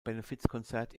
benefizkonzert